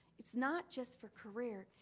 it's not just for career,